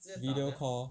video call